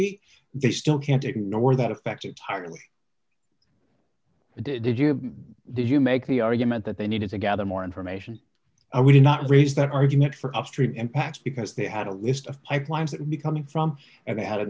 be they still can't ignore that effective target did you do you make the argument that they needed to gather more information we did not raise that argument for upstream impacts because they had a list of pipelines that would be coming from and they had a